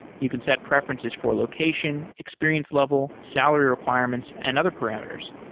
you can set preferences for location, experience level, salary requirements and other parameters,